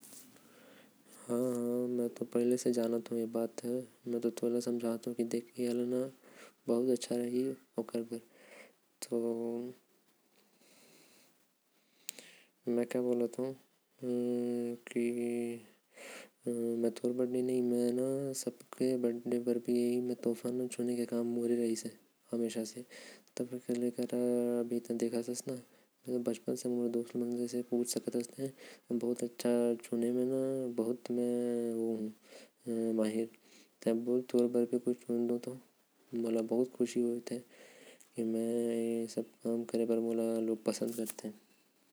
हव मोके पता है में हमेशा बढ़िया तोफा चुंथो सबकर लिए। मोके बचपन से सबकर तोफा लाये बार बोलथे सब। ते अभी जानत हस, काहेकि ते अभी देखत। हस अगर तोर बर भी मोके बोलबे की कुछ लेना है। तो तोर बर भी कुछ ले लहू मे।